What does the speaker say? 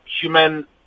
human